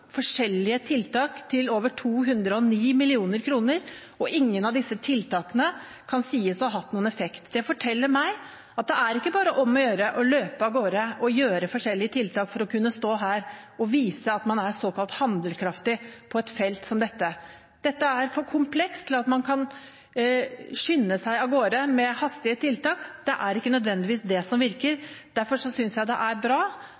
forskjellige tiltak til over 209 mill. kr, og ingen av disse tiltakene kan sies å ha hatt noen effekt. Det forteller meg at det er ikke bare om å gjøre å løpe av gårde og sette inn forskjellige tiltak for å kunne stå her og vise at man er såkalt handlekraftig på et felt som dette. Dette er for komplekst til at man kan skynde seg av gårde med hastige tiltak. Det er ikke nødvendigvis det som virker. Derfor synes jeg det er bra